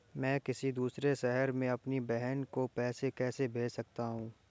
मैं किसी दूसरे शहर से अपनी बहन को पैसे कैसे भेज सकता हूँ?